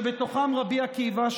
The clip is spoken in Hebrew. שבתוכם רבי עקיבא,